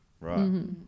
right